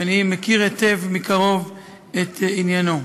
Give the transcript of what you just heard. אני מכיר היטב, מקרוב את עניינו.